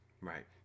Right